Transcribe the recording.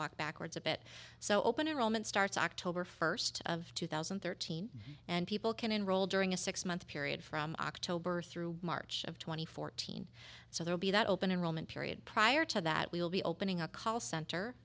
walk backwards a bit so open enrollment starts october first of two thousand and thirteen and people can enroll during a six month period from october through march of two thousand and fourteen so there'll be that open enrollment period prior to that we'll be opening a call center